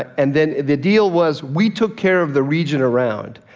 and then, the deal was, we took care of the region around.